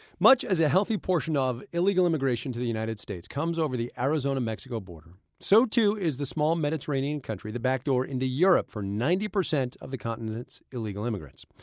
much as a healthy portion of illegal immigration to the united states comes over the arizona-mexico border, so too is the small mediterranean country the back door into europe for ninety percent of the continent's illegal immigrants.